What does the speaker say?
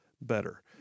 Better